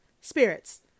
spirits